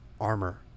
armor